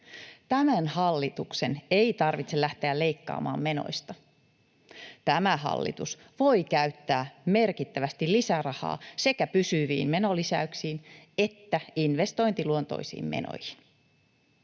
”Tämän hallituksen ei tarvitse lähteä leikkaamaan menoista. Tämä hallitus voi käyttää merkittävästi lisää rahaa sekä pysyviin menolisäyksiin että investointiluontoisiin menoihin.”